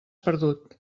perdut